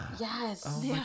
Yes